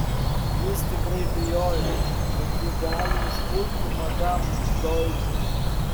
jis tikrai bijojo kad ji gali užpulti madam doili